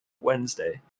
Wednesday